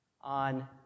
on